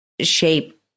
shape